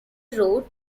road